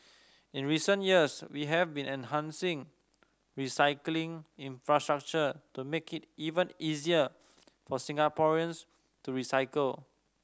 in recent years we have been enhancing recycling infrastructure to make it even easier for Singaporeans to recycle